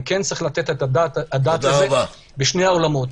כן צריך לתת על זה את הדעת בשני העולמות,